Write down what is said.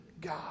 God